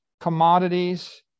commodities